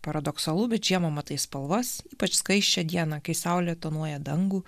paradoksalu bet žiemą matai spalvas ypač skaisčią dieną kai saulė tonuoja dangų